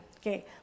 Okay